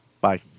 Bye